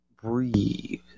breathe